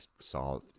saw